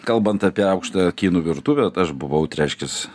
kalbant apie aukštąją kinų virtuvę tai aš buvau tai reiškias